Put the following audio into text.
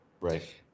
Right